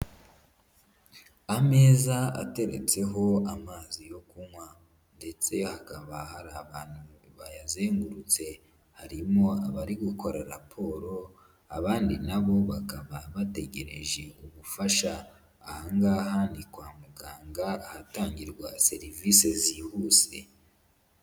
Ameza ateretseho amazi yo kunywa ndetse hakaba hari abantu bayazengurutse. Harimo abari gukora raporo, abandi na bo bakaba bategereje ubufasha. Aha ngaha ni kwa muganga, ahatangirwa serivisi zihuse.